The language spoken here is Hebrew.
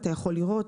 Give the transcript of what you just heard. אתה יכול לראות,